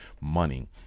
money